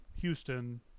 Houston